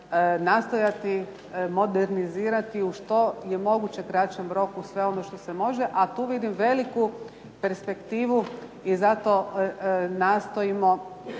nastojati modernizirati u što je moguće kraćem roku sve ono što se može, a tu vidim veliku perspektivu i zato nastojimo